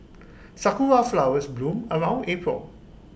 Sakura Flowers bloom around April